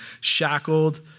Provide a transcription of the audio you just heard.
shackled